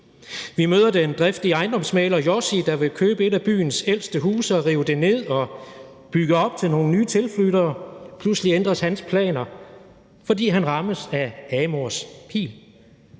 Vi møder også den driftige ejendomsmægler Jossi, der vil købe et af byens ældste huse og rive det ned og bygge det om til nogle nye tilflyttere, og pludselig ændres hans planer, fordi han rammes af Amors pil.